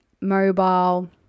mobile